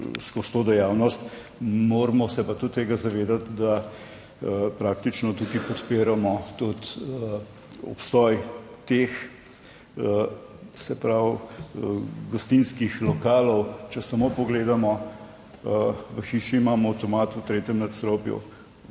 skozi to dejavnost. Moramo se pa tudi tega zavedati, da praktično tukaj podpiramo tudi obstoj teh, se pravi gostinskih lokalov. Če samo pogledamo, v hiši imamo avtomat v tretjem nadstropju,